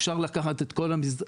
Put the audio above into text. אפשר לקחת את כל המשרדים,